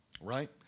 right